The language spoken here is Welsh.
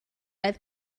oedd